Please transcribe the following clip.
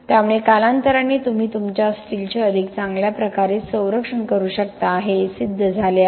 त्यामुळे कालांतराने तुम्ही तुमच्या स्टीलचे अधिक चांगल्या प्रकारे संरक्षण करू शकता हे सिद्ध झाले आहे